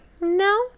No